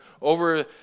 over